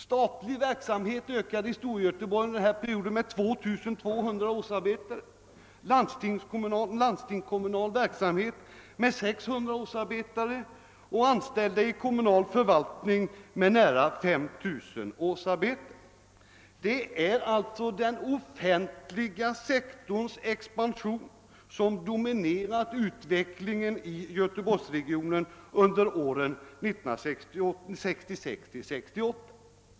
Statlig verksamhet ökade i Storgöteborg under denna period med 2200 årsarbetare, landstingskommunal verksamhet med 600 årsarbetare och anställda i kommunal förvaltning med nära 5000 årsarbetare. Det har alltså varit den offentliga sektorns expansion som dominerat utvecklingen i Göteborgsregionen under åren 1966—1968.